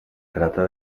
trata